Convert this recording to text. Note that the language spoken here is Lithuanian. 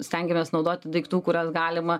stengiamės naudoti daiktų kuriuos galima